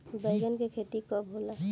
बैंगन के खेती कब होला?